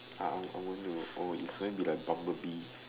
ah I'm I'm going to oh it's going to be like bumble bee